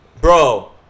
bro